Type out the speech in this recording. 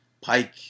pike